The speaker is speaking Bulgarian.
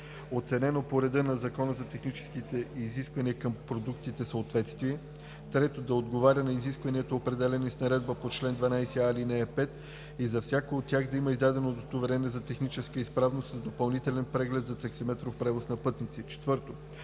оценено по реда на Закона за техническите изисквания към продуктите съответствие; 3. да отговаря на изискванията, определени с наредбата по чл. 12а, ал. 5, и за всяко от тях да има издадено удостоверение за техническа изправност с допълнителен преглед за таксиметров превоз на пътници; 4.